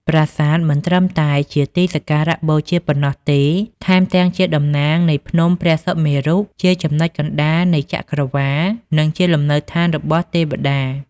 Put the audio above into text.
ប្រាសាទមិនត្រឹមតែជាទីសក្ការបូជាប៉ុណ្ណោះទេ ថែមទាំងជាតំណាងនៃភ្នំព្រះសុមេរុ ជាចំណុចកណ្ដាលនៃចក្រវាឡ និងជាលំនៅដ្ឋានរបស់ទេពតា។